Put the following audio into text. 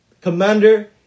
commander